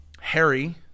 Harry